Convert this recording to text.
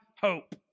hope